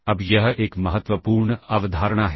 अब यह एक महत्वपूर्ण अवधारणा है